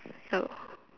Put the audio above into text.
so